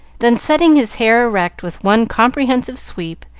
then, setting his hair erect with one comprehensive sweep,